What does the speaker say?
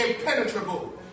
impenetrable